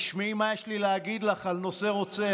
תשמעי מה יש לי להגיד לך על הנושא רוצח,